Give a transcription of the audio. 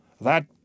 That